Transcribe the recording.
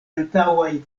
antaŭaj